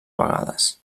vegades